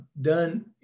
done